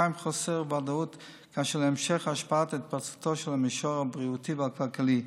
קיים חוסר ודאות באשר להמשך השפעת התפרצותו של המישור הבריאותי והכלכלי.